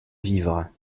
vivres